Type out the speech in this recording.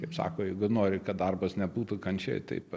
kaip sako jeigu nori kad darbas nebūtų kančia ir taip